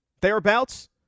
thereabouts